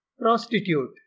Prostitute